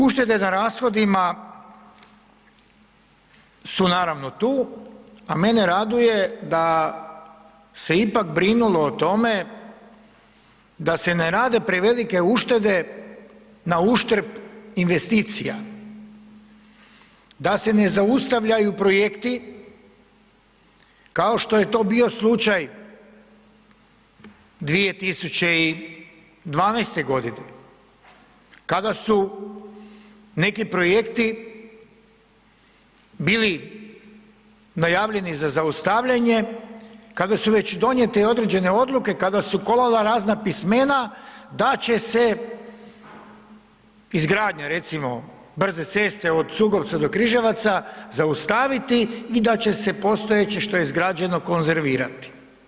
Uštede na rashodima su naravno tu, a mene raduje da se ipak brinulo o tome da se ne rade prevelike uštede na uštrb investicija, da se ne zaustavljaju projekti kao što je to bio slučaj 2012.g. kada su neki projekti bili najavljeni za zaustavljene, kada su već donijete i određene odluke, kada su kolala razna pismena da će se izgradnja recimo brze ceste od Cugovca do Križevaca zaustaviti i da će se postojeće što je izgrađeno, konzervirati.